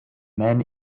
men